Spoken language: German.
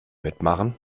mitmachen